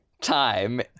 time